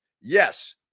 Yes